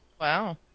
Wow